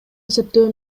эсептөө